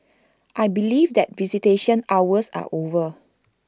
I believe that visitation hours are over